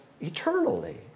eternally